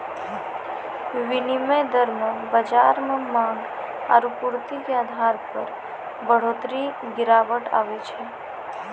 विनिमय दर मे बाजार मे मांग आरू आपूर्ति के आधार पर बढ़ोतरी गिरावट आवै छै